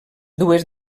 dues